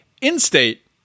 in-state